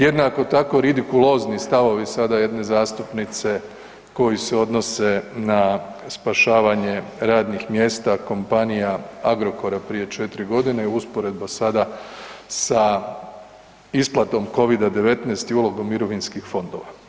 Jednako tako ridikulozni stavovi sada jedne zastupnice koji se odnose na spašavanje radnih mjesta kompanija Agrokora prije 4.g. i usporedba sada sa isplatom Covid-19 i ulogom mirovinskih fondova.